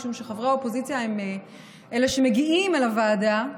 משום שחברי האופוזיציה הם אלה שמגיעים לוועדה,